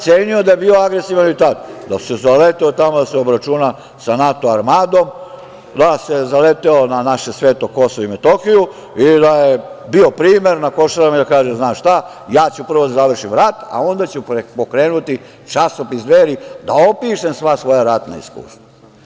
Cenio bih da je bio agresivan i tada, da se zaleteo tamo da se obračuna sa NATO armadom, da se zaleteo na naše sveto Kosovo i Metohiju i da je bio primer na Košarama i da kaže – znaš šta, ja ću prvo da završim rat, a onda ću pokrenuti časopis „Dveri“ da opišem sva svoja ratna isustva.